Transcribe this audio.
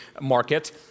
market